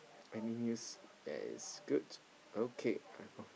any news that is good okay